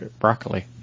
broccoli